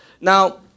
Now